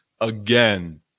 again